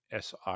SI